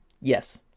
Yes